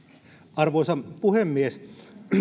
arvoisa puhemies